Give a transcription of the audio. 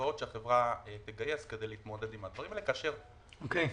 והלוואות שהחברה תגייס כדי להתמודד עם הדברים האלה כאשר -- בסדר,